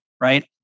Right